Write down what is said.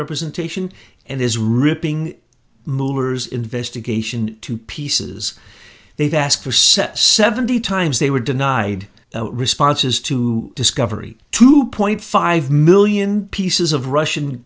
representation and is ripping movers investigation to pieces they've asked for said seventy times they were denied responses to discovery two point five million pieces of russian